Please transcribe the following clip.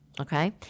Okay